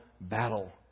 battle